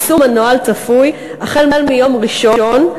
יישום הנוהל צפוי החל ביום ראשון,